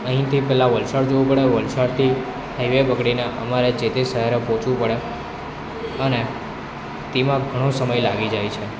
અહીંથી પહેલાં વલસાડ જવું પડે વલસાડથી હાઇવે પકડીને અમારે જે તે શહેરે પહોંચવું પડે અને તેમાં ઘણો સમય લાગી જાય છે